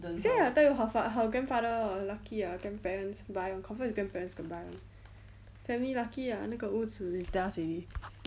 see I tell you her fa~ her grandfather lucky ah grandparents buy confirm is grandparents combined family lucky ah 那个屋子 is theirs already